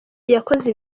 yakoze